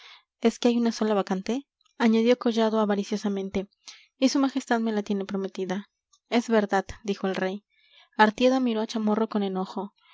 es que hay una sola vacante añadió collado avariciosamente y su majestad me la tiene prometida es verdad dijo el rey artieda miró a chamorro con enojo